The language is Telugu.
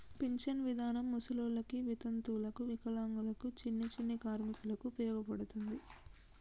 పింఛన్ విధానం ముసలోళ్ళకి వితంతువులకు వికలాంగులకు చిన్ని చిన్ని కార్మికులకు ఉపయోగపడతది